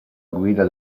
guida